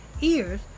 ears